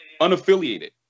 unaffiliated